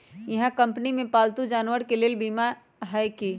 इहा कंपनी में पालतू जानवर के लेल बीमा हए कि?